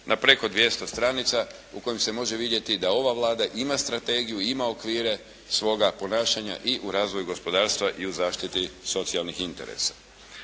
na preko 200 stranica u kojem se može vidjeti da ova Vlada ima strategiju, ima okvire svoga ponašanja i u razvoju gospodarstva i u zaštiti socijalnih interesa.